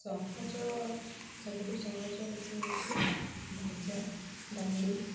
ସହଜ ସବୁଠୁ ସହଜ ରୋଷେଇ ହେଉଛି ଭଜା ଡାଲି